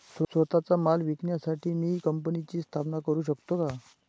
स्वत:चा शेतीमाल विकण्यासाठी मी कंपनीची स्थापना करु शकतो का?